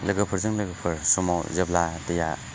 लोगोफोरजों लोगोफोर समाव जेब्ला दैआ